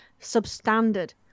substandard